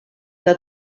que